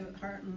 heart